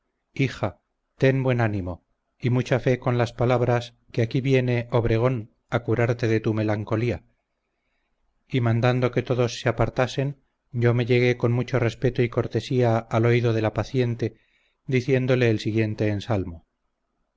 hija ten buen ánimo y mucha fe con las palabras que aquí viene obregón a curarte de tu melancolía y mandando que todos se apartasen yo me llegué con mucho respeto y cortesía al oído de la paciente diciéndole el siguiente ensalmo